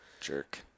Jerk